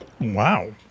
Wow